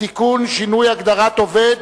(תיקון, שינוי הגדרת "עובד"),